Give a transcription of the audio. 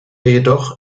jedoch